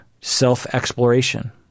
self-exploration